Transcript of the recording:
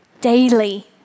daily